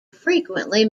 frequently